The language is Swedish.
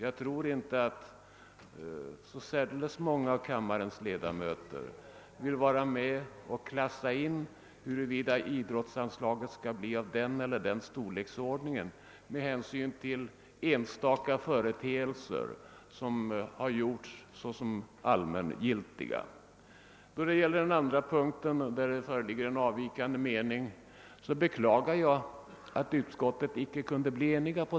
Jag tror inte att särdeles många av kammarens ledamöter vill vara med och avgöra, om idrottsanslaget med hänsyn till enstaka företeelser som gjorts allmängiltiga skall bli av den eller den storleksordningen. I fråga om den andra punkt beträffande vilken det föreligger en avvikande mening beklagar jag att utskottet inte kunde bli enigt.